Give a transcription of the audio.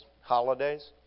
holidays